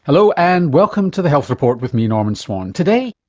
hello, and welcome to the health report with me, norman swan. today,